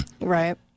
right